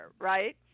right